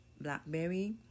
blackberry